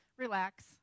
Relax